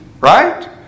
right